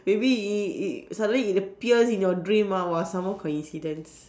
maybe it it it suddenly it appears in your dream ah some more coincidence